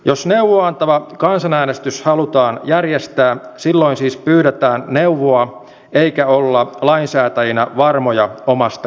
jos neuvoa antava kansanäänestys halutaan järjestää silloin siis pyydetään neuvoa eikä olla lainsäätäjinä varmoja omasta kannasta